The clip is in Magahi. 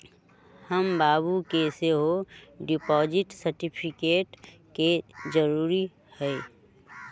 हमर बाबू के सेहो डिपॉजिट सर्टिफिकेट के जरूरी हइ